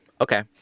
Okay